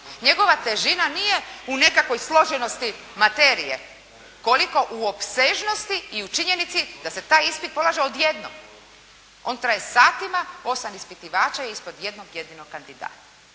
Njegova težina nije u nekakvoj složenosti materije koliko u opsežnosti i u činjenici da se taj ispit polaže odjednom. On traje satima, osam ispitivača ispod jednog jedinog kandidata.